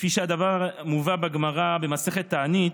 כפי שהדבר מובא בגמרא, במסכת תענית,